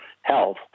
health